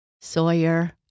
Sawyer